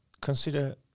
consider